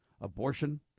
Abortion